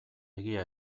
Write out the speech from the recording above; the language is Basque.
egia